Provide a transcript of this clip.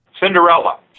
Cinderella